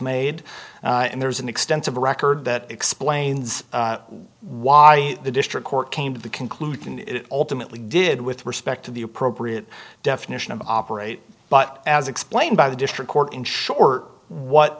made and there's an extensive record that explains why the district court came to the conclusion that it ultimately did with respect to the appropriate definition of operate but as explained by the district court in short what